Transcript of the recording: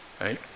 Right